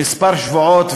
כמה שבועות,